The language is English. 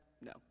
No